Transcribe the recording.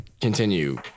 continue